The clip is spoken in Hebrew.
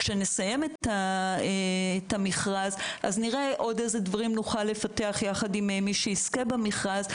כשנסיים את המכרז נראה עוד איזה דברים נוכל לפתח יחד עם מי שיזכה במכרז.